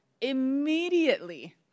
Immediately